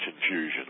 Confusion